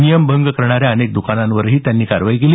नियमभंग करणाऱ्या अनेक दकानांवरही त्यांनी कारवाई केली